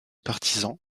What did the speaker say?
partisans